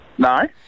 No